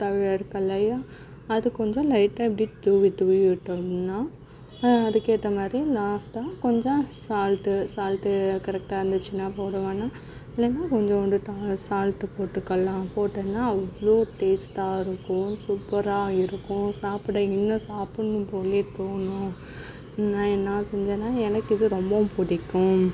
தழை இருக்குது இல்லையா அது கொஞ்சம் லைட்டாக இப்படி தூவி தூவி விட்டிங்கன்னா அதுக்கேற்ற மாதிரி லாஸ்ட்டாக கொஞ்சம் சால்ட்டு சால்ட்டு கரெக்டாக இருந்துச்சுன்னா போட வேணாம் இல்லைனா கொஞ்சோன்டு டா சால்ட்டு போட்டுக்கலாம் போட்டோம்னா அவ்வளோ டேஸ்ட்டாக இருக்கும் சூப்பராக இருக்கும் சாப்பிட இன்னும் சாப்பிடணும் போலயே தோணும் நான் நான் செஞ்சேன்னா எனக்கு இது ரொம்பவும் பிடிக்கும்